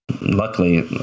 luckily